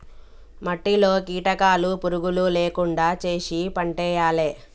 మట్టిలో కీటకాలు పురుగులు లేకుండా చేశి పంటేయాలే